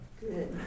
Good